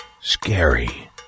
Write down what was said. scary